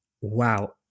Wow